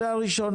קריאה ראשונה.